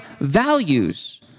values